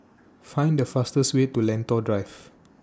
Find The fastest Way to Lentor Drive